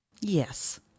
Yes